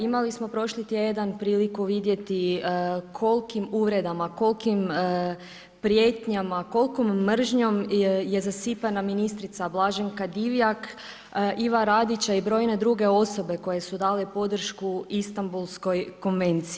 Imali smo prošli tjedan priliku vidjeti kolikim uvredama, kolikim prijetnjama, kolikom mržnjom je zasipana ministrica Blaženka Divjak, Iva Radić i brojne druge osobe koje su dale podršku Istambulskoj konvenciji.